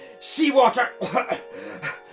seawater